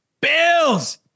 Bills